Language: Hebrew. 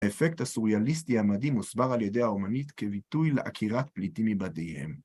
האפקט הסוריאליסטי המדהים הוסבר על ידי האומנית כביטוי להכירת פליטים מבתיהם.